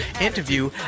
interview